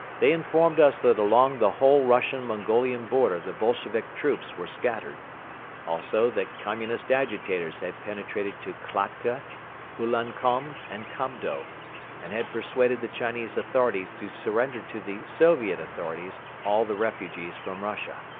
they informed us that along the whole russian-mongolian border the bolshevik troops were scattered also that communist agitators had penetrated to kiakhta, ulankom and kobdo and had persuaded the chinese authorities to surrender to the soviet authorities all the refugees from russia.